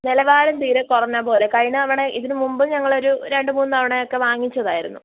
നിലവാരം തീരെ കുറഞ്ഞത് പോലെ കഴിഞ്ഞ തവണ ഇതിന് മുമ്പും ഞങ്ങളൊരു രണ്ടുമൂന്ന് തവണ ഒക്കെ വാങ്ങിച്ചതായിരുന്നു